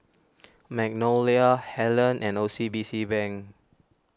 Magnolia Helen and O C B C Bank